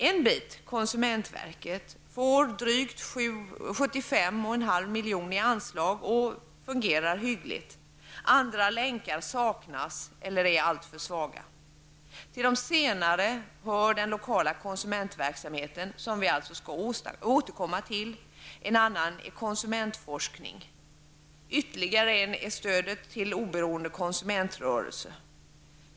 En bit, konsumentverket, får drygt 75,5 miljoner i anslag och fungerar hyggligt, andra länkar saknas eller är alltför svaga. Till de senare hör den lokala konsumentverksamheten -- som vi alltså återkommer till -- en annan är konsumentforskningen. Ytterligare en är stödet till oberoende konsumentrörelser.